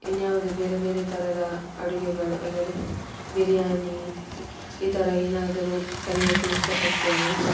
ಇನ್ನು ಯಾವ್ದೆ ಬೇರೆ ಬೇರೆ ಥರದ ಅಡುಗೆಗಳು ಅಂದರೆ ಬಿರ್ಯಾನಿ ಈ ಥರ ಏನಾದರು ಕಲಿಯೋಕ್ಕೆ ಇಷ್ಟಪಡ್ತೇನೆ